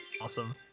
awesome